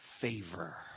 favor